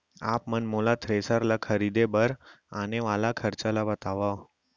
आप मन मोला थ्रेसर ल खरीदे बर आने वाला खरचा ल बतावव?